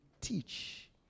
teach